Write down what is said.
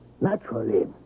Naturally